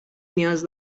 نیاز